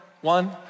One